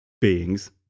Beings